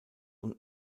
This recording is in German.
und